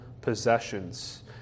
possessions